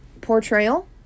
portrayal